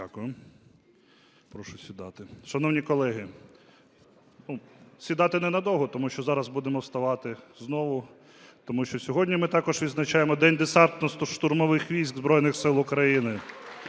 Дякую. Прошу сідати. Шановні колеги… Сідати ненадовго, тому що зараз будемо вставати знову. Тому що сьогодні ми також відзначаємо День Десантно-штурмових військ Збройних Сил України.